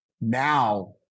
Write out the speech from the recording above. now